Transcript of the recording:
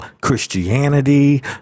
Christianity